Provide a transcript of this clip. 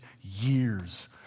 years